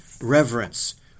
reverence